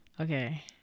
Okay